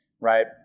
right